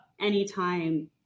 anytime